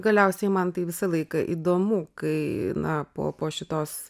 galiausiai man tai visą laiką įdomu kai na po po šitos